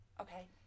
Okay